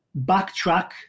backtrack